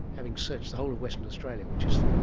having searched the whole of western australia which is,